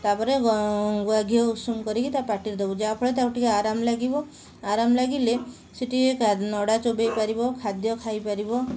ତା'ପରେ ଗୁଆଘିଅ ଉଷୁମ କରିକି ତା ପାଟିରେ ଦେବୁ ଯାହାଫଳରେ ତାକୁ ଟିକିଏ ଆରାମ ଲାଗିବ ଆରାମ ଲାଗିଲେ ସିଏ ଟିକିଏ ନଡ଼ା ଚୋବାଇ ପାରିବ ଖାଦ୍ୟ ଖାଇପାରିବ